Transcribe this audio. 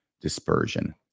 dispersion